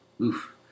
Oof